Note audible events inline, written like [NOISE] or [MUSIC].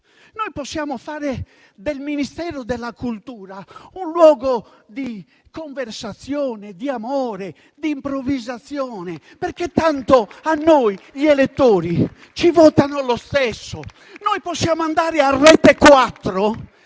noi possiamo fare del Ministero della cultura un luogo di conversazione, di amore, di improvvisazione, perché tanto a noi gli elettori ci votando lo stesso. [APPLAUSE] noi possiamo andare a Rete 4,